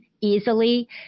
easily